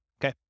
Okay